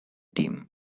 team